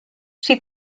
she